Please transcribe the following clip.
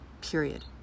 Period